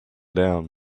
down